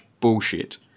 bullshit